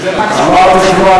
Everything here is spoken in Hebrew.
אולי אנחנו נחליף